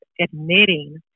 admitting